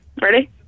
Ready